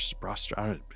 Broster